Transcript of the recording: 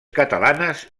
catalanes